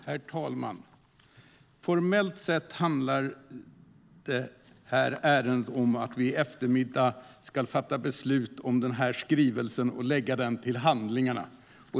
Herr talman! Formellt sett handlar det här ärendet om att vi i eftermiddag ska fatta beslut om den skrivelse jag nu har i handen och lägga den till handlingarna.